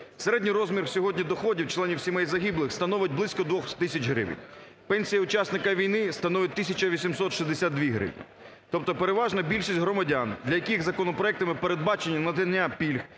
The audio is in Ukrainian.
середній розмір сьогодні доходів членів сімей загиблих становить близько 2 тисяч гривень, пенсія учасника війни становить 1 тисячу 862 гривні. Тобто переважна більшість громадян, для яких законопроектами передбачено надання пільг